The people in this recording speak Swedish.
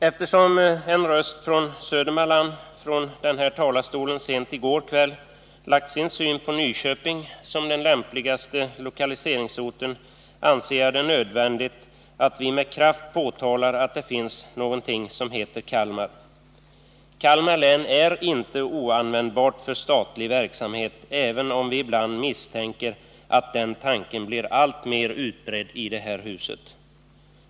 Eftersom en ledamot från Södermanland från den här talarstolen sent i går kväll framhöll att Nyköping är den lämpligaste lokaliseringsorten, anser jag att det är nödvändigt att med kraft understryka att det finns någonting som heter Kalmar. Kalmar län är inte oanvändbart för statlig verksamhet, även om vi ibland misstänker att den åsikten blir alltmer utbredd i det här huset.